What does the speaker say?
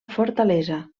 fortalesa